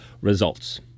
results